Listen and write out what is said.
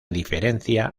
diferencia